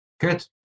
Good